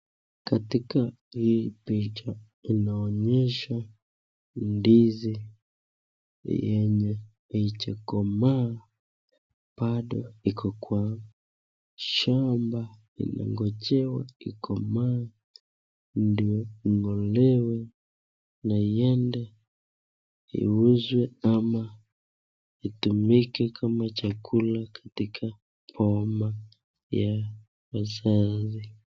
Katika hii picha inaonyesha ndizi yenye haijakomaa, bado iko kwa shamba inangojewa ikomae ndo ing'olewe, ndo iende iuzwe ama itumike kama chakula katika boma ya wazazi.